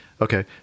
Okay